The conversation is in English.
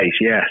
yes